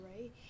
right